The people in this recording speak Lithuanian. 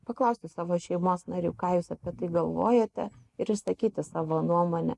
paklausti savo šeimos narių ką jūs apie tai galvojate ir išsakyti savo nuomonę